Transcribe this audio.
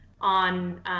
on